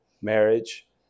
marriage